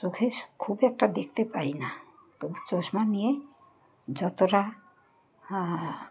চোখে খুব একটা দেখতে পাই না তবু চশমা নিয়ে যতটা